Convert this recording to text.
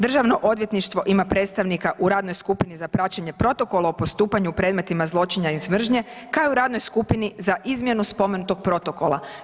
Državno odvjetništvo ima predstavnika u radnoj skupini za praćenje protokola o postupanju u predmetima zločina iz mržnje kao i u radnoj skupini za izmjenu spomenutog protokola.